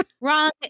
wrong